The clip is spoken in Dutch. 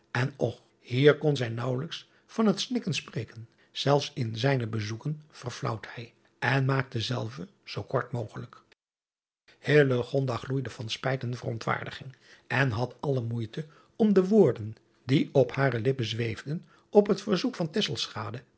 en hier kon zij naauwelijks van het snikken spreken zelfs in zijne bezoeken verflaauwt hij en maakt dezelve zoo kort mogelijk gloeide van spijt en verontwaardiging en had alle moeite om de woorden die op hare lippen zweefden op het verzoek van